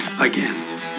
again